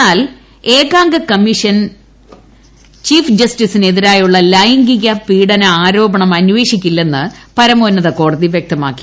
എന്നാൽ ഏകാംഗ commission chief ജസ്റ്റിസിനെതിരെയുളള ലൈംഗിക പീഢന ആരോപണം അന്വേഷിക്കില്ലെന്ന് പരമോന്നത കോടതി വൃക്തമാക്കി